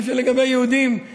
כשזה לגבי יהודים,